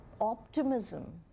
optimism